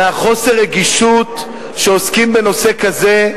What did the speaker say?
מחוסר הרגישות כשעוסקים בנושא כזה,